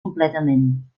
completament